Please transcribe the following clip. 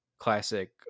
classic